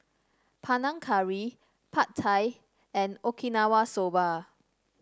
Panang Curry Pad Thai and Okinawa Soba